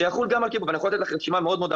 שיחול גם על קיבוץ ניר דוד.